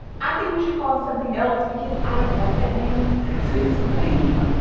i think we should call him something else because i don't like that name. that's his name.